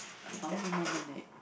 how many more minute